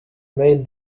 made